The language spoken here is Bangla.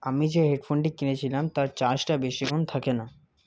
আমি যে হেডফোনটি কিনেছিলাম তার চার্জটা বেশিক্ষণ থাকে না